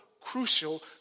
crucial